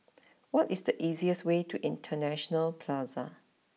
what is the easiest way to International Plaza